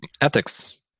ethics